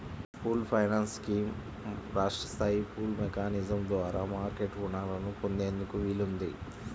pooled finance scheme రాష్ట్ర స్థాయి pooled mechanism ద్వారా మార్కెట్ రుణాలను పొందేందుకు వీలుంది